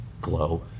glow